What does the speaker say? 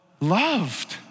loved